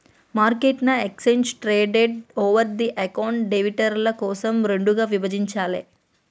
మార్కెట్ను exchange traded, over the counter డెరివేటివ్ల కోసం రెండుగా విభజించాలే